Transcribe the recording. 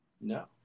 No